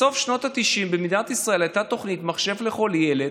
בסוף שנות התשעים הייתה במדינת ישראל תוכנית "מחשב לכל ילד",